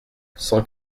cent